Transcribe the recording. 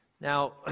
Now